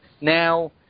now